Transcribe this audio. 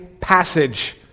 passage